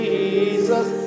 Jesus